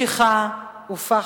משיכה ופחד.